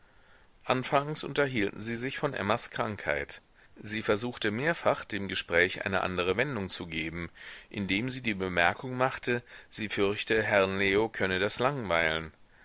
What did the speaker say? anfangs unterhielten sie sich von emmas krankheit sie versuchte mehrfach dem gespräch eine andere wendung zu geben indem sie die bemerkung machte sie fürchte herrn leo könne das langweilen